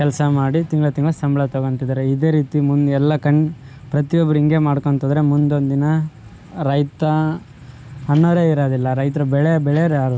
ಕೆಲಸ ಮಾಡಿ ತಿಂಗಳು ತಿಂಗಳು ಸಂಬಳ ತಗೋತಿದ್ದಾರೆ ಇದೆ ರೀತಿ ಮುಂದೆ ಎಲ್ಲ ಕಡೆ ಪ್ರತಿಯೊಬ್ಬರು ಹಿಂಗೆ ಮಾಡ್ಕೊತೋದ್ರೆ ಮುಂದೊಂದು ದಿನ ರೈತ ಅನ್ನೋರೆ ಇರೋದಿಲ್ಲ ರೈತರು ಬೆಳೆ ಬೆಳೆಯುವರು ಯಾರು